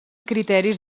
criteris